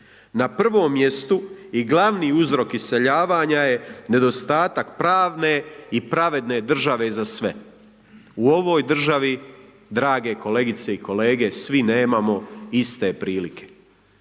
Na prvom mjestu i glavni uzrok iseljavanja je nedostatak pravne i pravedne države za sve, u ovoj državi drage kolegice i kolege svi nemamo iste prilike.